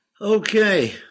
okay